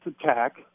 attack